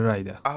Rider